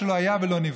שלא היה ולא נברא.